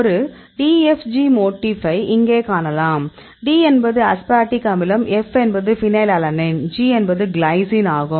ஒரு DFG மோட்டிஃப்பை இங்கே காணலாம் D என்பது அஸ்பார்டிக் அமிலம் F ஒரு ஃபைனிலலனைன் G என்பது கிளைசின் ஆகும்